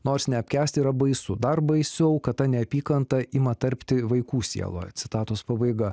nors neapkęsti yra baisu dar baisiau kad ta neapykanta ima tarpti vaikų sieloj citatos pabaiga